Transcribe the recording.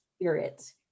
spirit